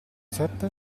sette